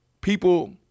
people